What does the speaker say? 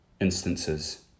instances